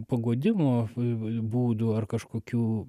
paguodimo būdų ar kažkokių